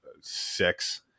six